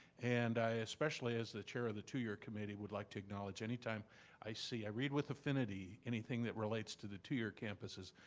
and i especially, as a chair of the two-year committee would like to acknowledge anytime i see, i read with affinity anything that relates to the two-year campuses,